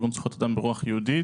ארגון זכויות אדם ברוח יהודית.